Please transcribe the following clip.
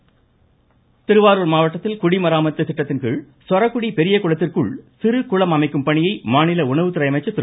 காமராஜ் திருவாரூர் மாவட்டத்தில் குடிமராமத்து திட்டத்தின் கீழ் சொரக்குடி பெரிய குளத்திற்குள் சிறு குளம் அமைக்கும் பணியை மாநில உணவுத்துறை அமைச்சர் திரு